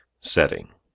setting